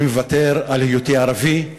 אני מוותר על היותי ערבי,